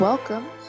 Welcome